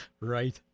Right